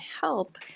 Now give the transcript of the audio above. help